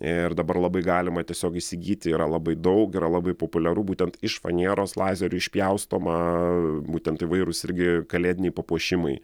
ir dabar labai galima tiesiog įsigyti yra labai daug yra labai populiaru būtent iš fanieros lazeriu išpjaustoma būtent įvairūs irgi kalėdiniai papuošimai